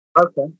Okay